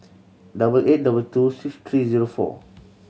double eight double two six three zero four